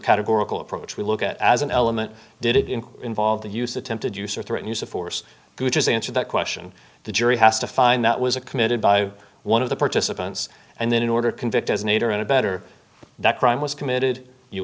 categorical approach we look at as an element did it in involve the use attempted use or threaten use of force which is the answer that question the jury has to find that was a committed by one of the participants and then in order to convict as nadir in a better that crime was committed you